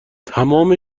تمام